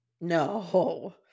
No